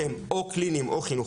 הם בעצם או קליניים או חינוכיים